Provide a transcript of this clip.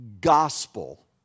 Gospel